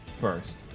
first